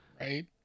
Right